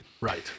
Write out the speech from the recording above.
Right